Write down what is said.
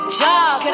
job